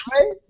right